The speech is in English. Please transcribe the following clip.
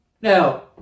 Now